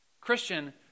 Christian